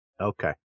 Okay